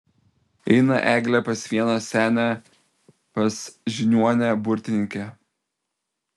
eina eglė pas vieną senę pas žiniuonę burtininkę